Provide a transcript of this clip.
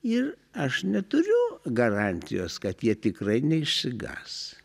ir aš neturiu garantijos kad jie tikrai neišsigąs